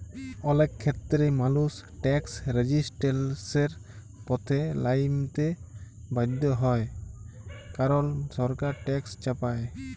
অলেক খ্যেত্রেই মালুস ট্যাকস রেজিসট্যালসের পথে লাইমতে বাধ্য হ্যয় কারল সরকার ট্যাকস চাপায়